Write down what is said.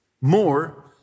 more